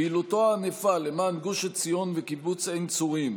פעילותו הענפה למען גוש עציון וקיבוץ עין צורים,